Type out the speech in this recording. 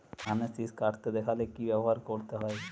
ধানের শিষ কাটতে দেখালে কি ব্যবহার করতে হয়?